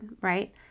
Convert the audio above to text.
right